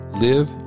live